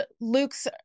luke's